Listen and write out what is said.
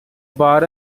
bar